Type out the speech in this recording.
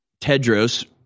Tedros –